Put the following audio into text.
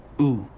ooh,